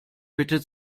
bitte